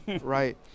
right